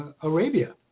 Arabia